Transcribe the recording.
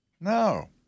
No